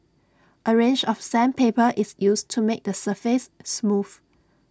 A range of sandpaper is used to make the surface smooth